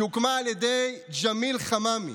שהוקמה על ידי ג'מיל חממי,